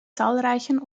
zahlreichen